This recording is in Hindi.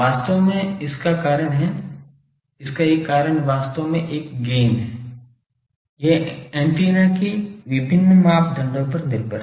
वास्तव में इसका कारण है इसका एक कारण वास्तव में यह गैन है यह एंटीना के विभिन्न मापदंडों पर निर्भर है